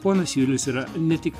ponas julius yra ne tik